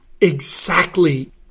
Exactly